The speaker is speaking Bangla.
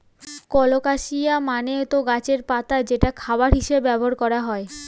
কলোকাসিয়া মানে তো গাছের পাতা যেটা খাবার হিসেবে ব্যবহার করা হয়